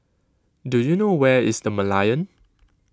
do you know where is the Merlion